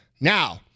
Now